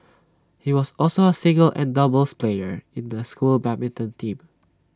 he was also A singles and doubles player in the school's badminton team